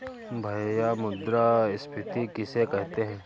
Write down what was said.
भैया मुद्रा स्फ़ीति किसे कहते हैं?